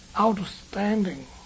outstanding